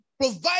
provide